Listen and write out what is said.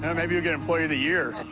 and maybe you'll get employee of the year?